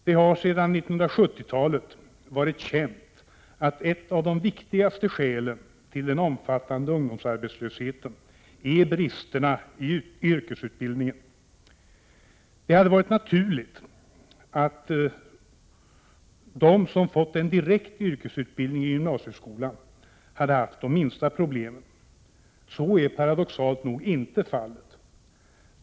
Det har sedan 1970-talet varit känt att ett av de viktigaste skälen till den omfattande ungdomsarbetslösheten är bristerna i yrkesutbildningen. Det hade varit naturligt att de som fått en direkt yrkesutbildning i gymnasieskolan hade haft de minsta problemen. Så är paradoxalt noginte fallet.